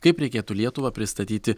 kaip reikėtų lietuvą pristatyti